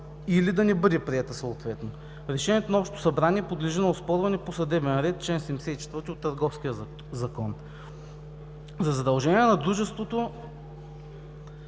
или да не бъде приета. Решението на общото събрание подлежи на оспорване по съдебен ред – чл. 74 от Търговския закон. За задължение на дружеството